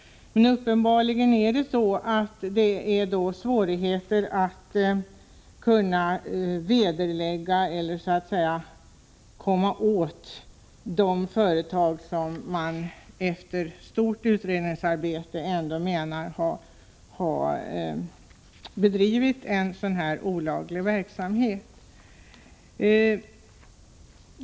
Uppenbarligen är det svårigheter med att, trots stort utredningsarbete, kunna så att säga komma åt de företag som man menar har bedrivit olaglig verksamhet.